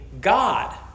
God